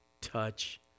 touch